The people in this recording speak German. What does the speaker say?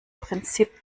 prinzip